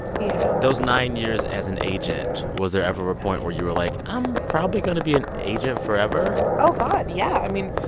yeah. those nine years as an agent, was there ever a point where you were like i'm probably going to be an agent forever? oh, god, yeah. i mean,